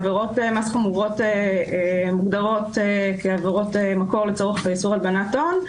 עבירות מס חמורות מוגדרות כעבירות מקור לצורך איסור הלבנת הון,